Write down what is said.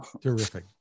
Terrific